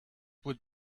would